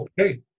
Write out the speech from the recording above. okay